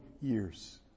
years